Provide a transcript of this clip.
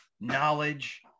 knowledge